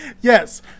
Yes